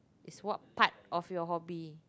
is what part of your hobby